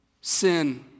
sin